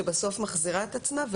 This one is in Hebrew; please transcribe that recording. שבסוף מחזירה את עצמה,